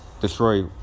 destroy